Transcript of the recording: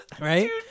right